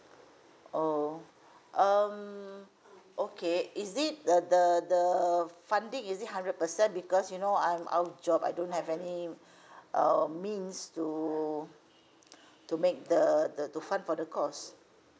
oh um okay is it uh the the funding is it hundred percent because you know I'm out of job I don't have any uh means to to make the the to fund for the course